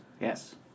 Yes